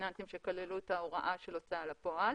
פיננסיים שכללו את ההוראה של הוצאה לפועל